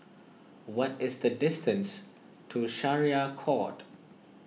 what is the distance to Syariah Court